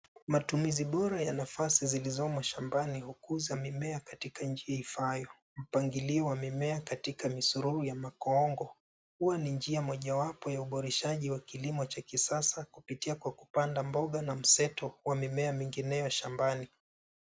Matumizi bora ya nafasi zilizomo shambani hukuza mimea katika njia ifaayo. Mpangilio wa mimea katika misururu ya makoongo huwa ni njia mojawapo ya uboreshaji wa kilimo cha kisasa kupitia kwa kupanda mboga na mseto wa mimea mingineyo shambani.